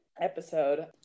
episode